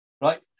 Right